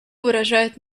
выражает